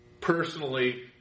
personally